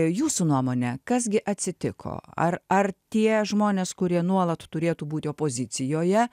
jūsų nuomone kas gi atsitiko ar ar tie žmonės kurie nuolat turėtų būti opozicijoje